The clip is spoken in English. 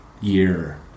year